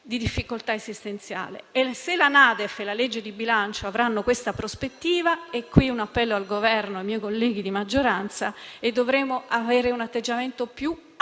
che la NADEF e la legge di bilancio avranno questa prospettiva, rivolgo un appello al Governo e ai miei colleghi di maggioranza per dire che dovremo avere un atteggiamento più